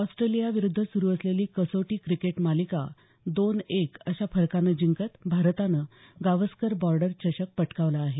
Australia विरुद्ध सुरू असलेली कसोटी क्रिकेट मालिका दोन एक अशा फरकानं जिंकत भारतानं गावसकर बॉर्डर चषक पटकावला आहे